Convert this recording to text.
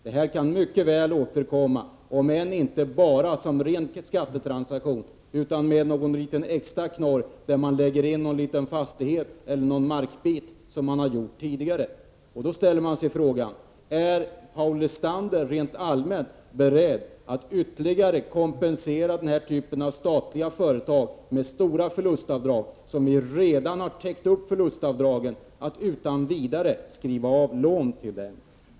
De kan mycket väl återkomma om än inte bara som ren skattetransaktion, utan med någon liten extra knorr där man lägger in en fastighet eller en markbit, såsom man har gjort tidigare. Man ställer sig då frågan om Paul Lestander rent allmänt är beredd att ytterligare kompensera den här typen av statliga företag med stora förlustavdrag — som redan har täckt upp förlustavdragen — genom att utan vidare skriva av lån till dem.